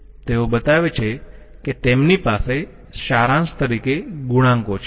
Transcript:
તેઓ બતાવે છે કે તેમની પાસે સારાંશ તરીકે ગુણાંકો છે